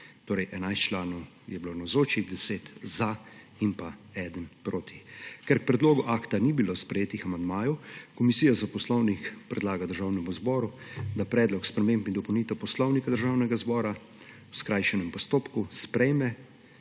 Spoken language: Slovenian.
Torej 11 članov je bilo navzočih, 10 za in eden proti. Ker k predlogu akta ni bilo sprejetih amandmajev, Komisija za poslovnik predlaga Državnemu zboru, da Predlog sprememb in dopolnitev Poslovnika državnega zbora v skrajšanem postopku sprejme